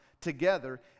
together